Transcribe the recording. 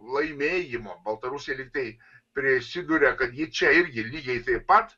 laimėjimo baltarusija lygtai prisiduria kad ji čia irgi lygiai taip pat